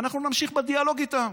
ואנחנו נמשיך בדיאלוג איתם,